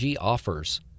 offers